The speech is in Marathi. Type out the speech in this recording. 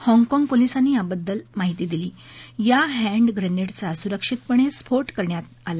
हाँगकाँग पोलिसांनी याबद्दल माहिती दिली या हॅन्डग्रेनेडचा सुरक्षितपणे स्फोट करण्यात आला